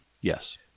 yes